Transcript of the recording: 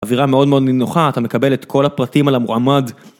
אווירה מאוד מאוד נינוחה אתה מקבל את כל הפרטים על המועמד